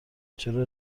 چرا